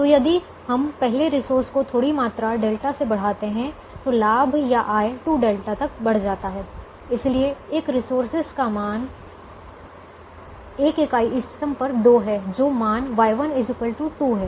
तो यदि हम पहले रिसोर्स को थोड़ी मात्रा डेल्टा से बढ़ाते हैं तो लाभ या आय 2δ तक बढ़ जाता है इसलिए एक रिसोर्स का मान 1 इकाई इष्टतम पर 2 है जो मान Y1 2 है